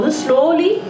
slowly